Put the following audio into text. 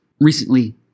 Recently